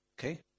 Okay